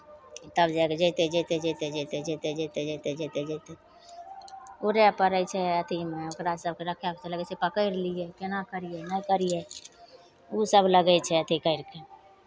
तब जाए कऽ जेतै जेतै जेतै जेतै जेतै जेतै जेतै जेतै जेतै उड़य पड़ै छै अथिमे ओकरा सभके रखय लगै छै पकड़ि लियै केना करियै नहि करियै ओसभ लगै छै अथि करि कऽ